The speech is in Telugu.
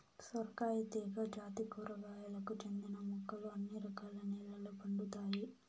సొరకాయ తీగ జాతి కూరగాయలకు చెందిన మొక్కలు అన్ని రకాల నెలల్లో పండుతాయి